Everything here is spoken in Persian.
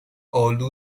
آلو